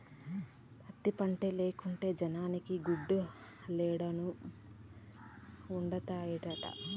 పత్తి పంటే లేకుంటే జనాలకి గుడ్డలేడనొండత్తనాయిట